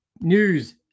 news